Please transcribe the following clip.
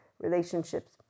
relationships